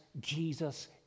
Jesus